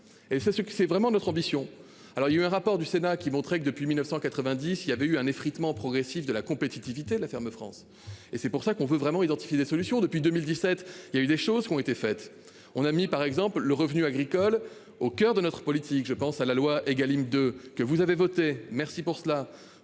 que c'est vraiment notre ambition. Alors il y a un rapport du Sénat qui montrait que depuis 1990 il y avait eu un effritement progressif de la compétitivité de la ferme France et c'est pour ça qu'on veut vraiment identifier des solutions depuis 2017 il y a eu des choses qui ont été faites, on a mis, par exemple, le revenu agricole au coeur de notre politique je pense à la loi Egalim de que vous avez voté. Merci pour cela,